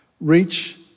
reach